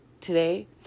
today